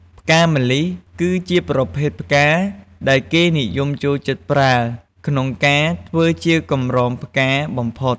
ផ្កាម្លិះ គឺជាប្រភេទផ្កាដែលគេនិយមចូលចិត្តប្រើ ក្នុងការធ្វើជាកម្រងផ្កាបំផុត។